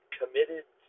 committed